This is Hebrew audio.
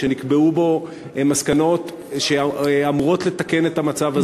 שנקבעו בו מסקנות שאמורות לתקן את המצב הזה.